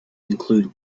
include